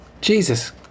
Jesus